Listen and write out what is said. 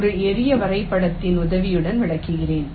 ஒரு எளிய வரைபடத்தின் உதவியுடன் விளக்குகிறேன்